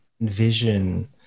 vision